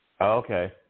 Okay